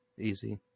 Easy